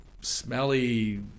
smelly